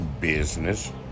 business